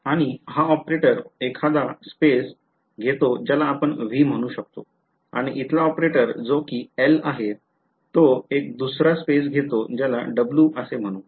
आणि हा ऑपरेटर एखादा स्पॅसे घेतो ज्याला आपण v म्हणू शकतो आणि इथला ऑपरेटर जो कि L आहे तो एक दुसरा स्पॅसे घेतो ज्याला w असे म्हणू